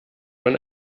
man